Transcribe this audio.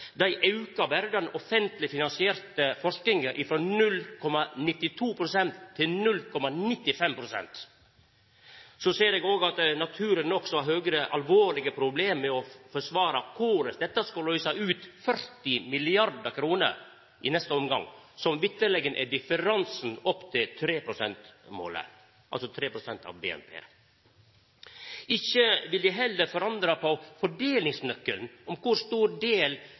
dei aukar berre den offentleg finansierte forskinga frå 0,92 pst. til 0,95 pst. Så ser eg òg at naturleg nok har Høgre alvorlege problem med å forsvara korleis dette skulle løysa ut 40 mrd. kr i neste omgang, som vitterleg er avstanden til målet om 3 pst. av BNP. Ikkje vil dei heller forandra fordelingsnøkkelen når det gjeld kor stor del